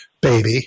baby